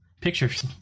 pictures